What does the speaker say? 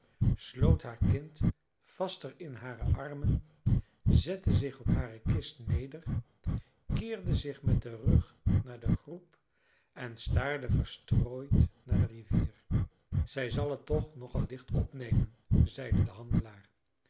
sloot haar kind vaster in hare armen zette zich op hare kist neder keerde zich met den rug naar de groep en staarde verstrooid naar de rivier zij zal het toch nogal licht opnemen zeide de handelaar